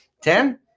Ten